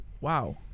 wow